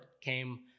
came